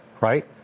right